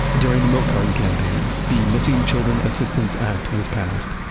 during the milk carton campaign, the missing children assistance act was passed.